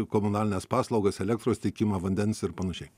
komunalines paslaugas elektros tiekimą vandens ir panašiai